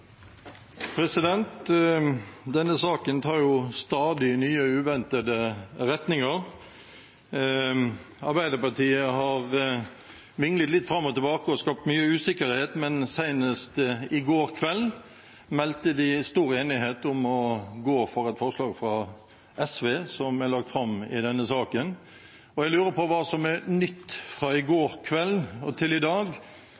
jo stadig nye og uventede retninger. Arbeiderpartiet har vinglet litt fram og tilbake og skapt mye usikkerhet, men senest i går kveld meldte de stor enighet om å gå for et forslag fra SV som er lagt fram i denne saken. Jeg lurer på hva som er nytt fra i går kveld og til i dag